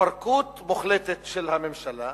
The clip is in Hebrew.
התפרקות מוחלטת של הממשלה